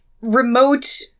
remote